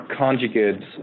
conjugates